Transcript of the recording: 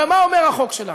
הרי מה אומר החוק שלנו?